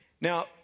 Now